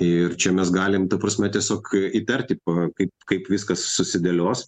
ir čia mes galim ta prasme tiesiog įtarti kaip kaip viskas susidėlios